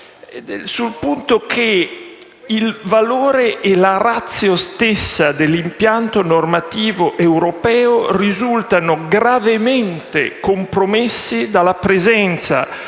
molto netto, che «il valore e la *ratio* stessa dell'impianto normativo europeo risultano gravemente compromessi dalla presenza,